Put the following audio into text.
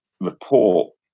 report